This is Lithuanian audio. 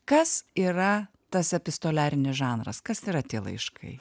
kas yra tas epistoliarinis žanras kas yra tie laiškai